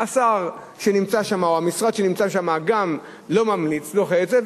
אז השר שנמצא שם או המשרד שנמצא שם גם לא ממליץ ודוחה את זה,